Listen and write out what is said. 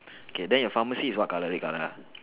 okay then your pharmacy is what colour red colour